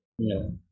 no